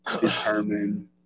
determine